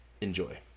Enjoy